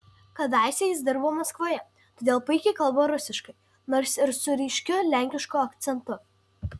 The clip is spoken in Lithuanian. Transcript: kadaise jis dirbo maskvoje todėl puikiai kalba rusiškai nors ir su ryškiu lenkišku akcentu